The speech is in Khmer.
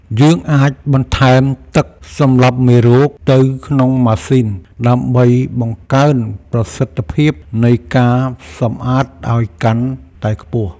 យើងអាចបន្ថែមទឹកសម្លាប់មេរោគទៅក្នុងម៉ាស៊ីនដើម្បីបង្កើនប្រសិទ្ធភាពនៃការសម្អាតឱ្យកាន់តែខ្ពស់។